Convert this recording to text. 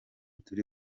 turi